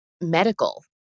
medical